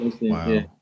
wow